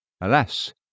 Alas